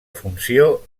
funció